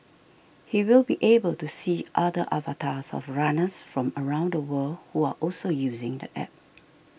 he will be able to see other avatars of runners from around the world who are also using the App